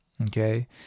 Okay